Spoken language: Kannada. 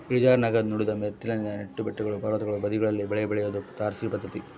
ಇಳಿಜಾರಿನಾಗ ಮಡಿದ ಮೆಟ್ಟಿಲಿನ ನೆಟ್ಟು ಬೆಟ್ಟಗಳು ಪರ್ವತಗಳ ಬದಿಗಳಲ್ಲಿ ಬೆಳೆ ಬೆಳಿಯೋದು ತಾರಸಿ ಪದ್ಧತಿ